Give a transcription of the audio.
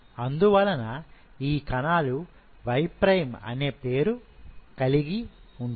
అందువలన ఈ కణాలు Y ప్రైమ్ అనే పేరు కలిగి ఉంటాయి